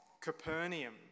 Capernaum